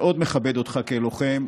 מאוד מכבד אותך כלוחם,